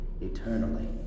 eternally